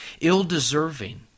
ill-deserving